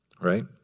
right